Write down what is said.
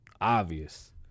obvious